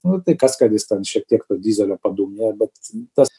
nu tai kas kad jis ten šiek tiek to dyzelio padūmija bet tas